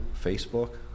Facebook